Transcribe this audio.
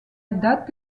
date